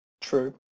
True